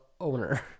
owner